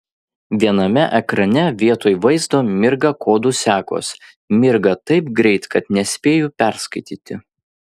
viename ekrane vietoj vaizdo mirga kodų sekos mirga taip greit kad nespėju perskaityti